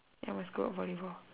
I was good at volleyball